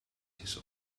his